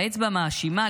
האצבע המאשימה,